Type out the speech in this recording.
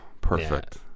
Perfect